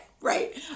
Right